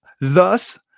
Thus